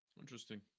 Interesting